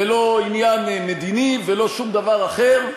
ולא עניין מדיני ולא שום דבר אחר,